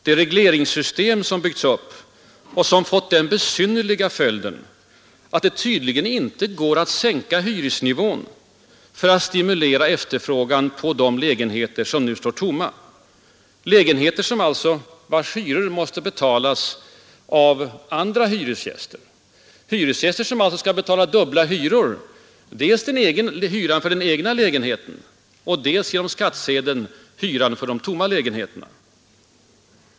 Det regleringssystem som byggts upp och som fått den besynnerliga följden att det tydligen inte går att sänka hyresnivån för att stimulera efterfrågan på de lägenheter som nu står tomma, lägenheter vilkas hyror alltså måste betalas av andra hyresgäster? Hyresgäster som alltså skall betala dubbla hyror, dels hyran för den egna lägenheten, dels genom skattsedeln hyran för de tomma lägenheterna.